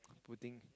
putting